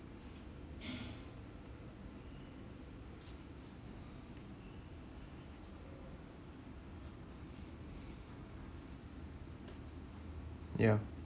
ya